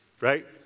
Right